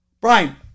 Brian